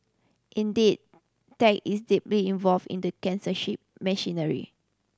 indeed tech is deeply involved in the censorship machinery